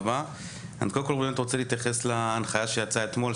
אני קודם כל באמת רוצה להתייחס להנחיה שיצאה אתמול,